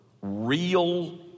real